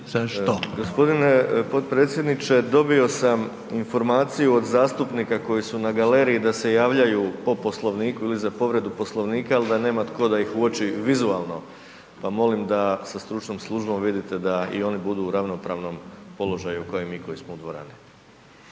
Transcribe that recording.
g. Potpredsjedniče, dobio sam informaciju od zastupnika koji su na galeriji da se javljaju po Poslovniku ili za povredu Poslovnika, al da nema tko da ih uoči vizualno, pa molim da sa stručnom službom vidite da i oni budu u ravnopravnom položaju ko i mi koji smo u dvorani.